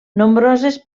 nombroses